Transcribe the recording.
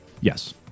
Yes